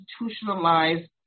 institutionalized